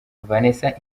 vanessa